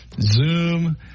Zoom